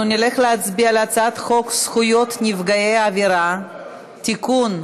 אנחנו נצביע על הצעת חוק זכויות נפגעי עבירה (תיקון,